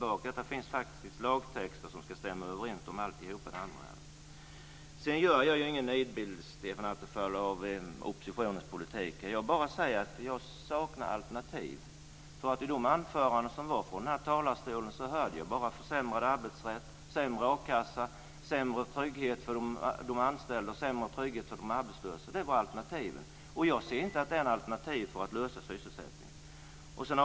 Bakom detta finns faktiskt lagtexter, som ska stämma överens med allt annat. Jag gör ingen nidbild av oppositionens politik. Jag bara säger att jag saknar alternativ. I de anföranden som hölls här i talarstolen hörde jag bara talas om försämrad arbetsrätt, sämre a-kassa, sämre trygghet för de anställda och sämre trygghet för de arbetslösa. Det var alternativen. Jag ser inte att det är alternativ för att lösa sysselsättningsproblemen.